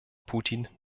putin